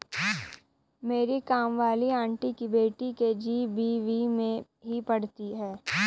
मेरी काम वाली आंटी की बेटी के.जी.बी.वी में ही पढ़ती है